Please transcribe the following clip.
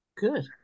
Good